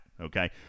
okay